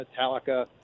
Metallica